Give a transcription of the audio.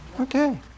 Okay